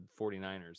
49ers